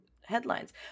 headlines